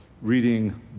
reading